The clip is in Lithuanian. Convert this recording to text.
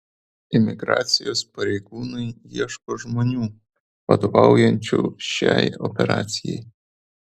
imigracijos pareigūnai ieško žmonių vadovaujančių šiai operacijai